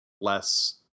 less